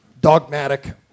dogmatic